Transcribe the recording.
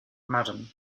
madam